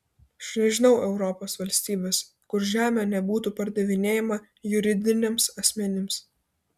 aš nežinau europos valstybės kur žemė nebūtų pardavinėjama juridiniams asmenims